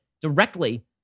directly